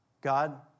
God